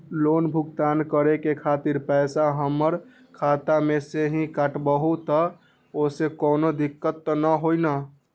Loan भुगतान करे के खातिर पैसा हमर खाता में से ही काटबहु त ओसे कौनो दिक्कत त न होई न?